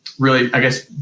really, i guess,